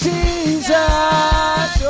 Jesus